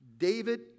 David